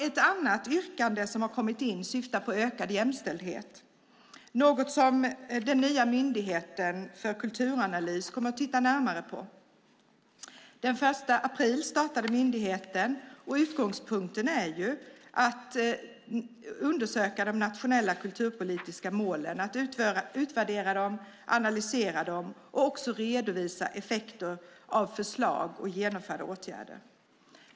Ett annat yrkande som har kommit in syftar till ökad jämställdhet, något som den nya Myndigheten för kulturanalys kommer att titta närmare på. Den 1 april startade myndigheten sitt arbete, och målet är att med utgångspunkt i de nationella kulturpolitiska målen att utvärdera, analysera och redovisa effekter av förslag och genomförda åtgärder.